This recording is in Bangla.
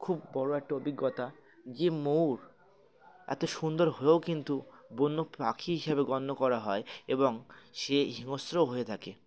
খুব বড়ো একটা অভিজ্ঞতা যে মৌর এত সুন্দর হয়েও কিন্তু বন্য পাখি হিসাবে গণ্য করা হয় এবং সে হিংস্রও হয়ে থাকে